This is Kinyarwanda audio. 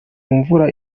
mvura